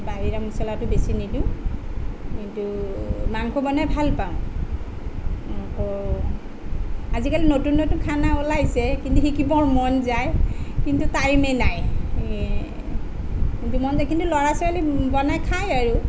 বাহিৰা মচলাটো বেছি নিদিওঁ কিন্তু মাংস বনাই ভালপাওঁ আকৌ আজিকালি নতুন নতুন খানা ওলাইছে কিন্তু শিকিবৰ মন যায় কিন্তু টাইমে নাই কিন্তু মন যায় কিন্তু ল'ৰা ছোৱালীয়ে বনাই খাই আৰু